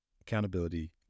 accountability